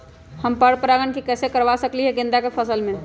हम पर पारगन कैसे करवा सकली ह गेंदा के फसल में?